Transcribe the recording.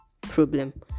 problem